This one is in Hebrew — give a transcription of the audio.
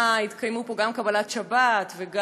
חברותי וחברי חברי הכנסת,